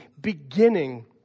beginning